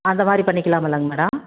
அந்த மாதிரி பண்ணிக்கிலாமில்லங்க மேடம்